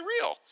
real